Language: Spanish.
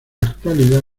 actualidad